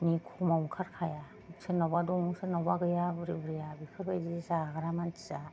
नि खमाव ओंखारखाया सोरनावबा दं सोरनावबा गैया बुरि बुरिया बेफोर बादि जाग्रा मानसिया